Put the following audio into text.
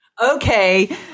Okay